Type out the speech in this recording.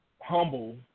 Humble